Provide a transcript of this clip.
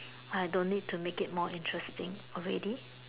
I don't need to make it more interesting already